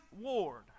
Ward